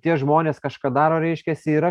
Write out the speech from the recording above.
tie žmonės kažką daro reiškiasi yra